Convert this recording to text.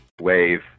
Wave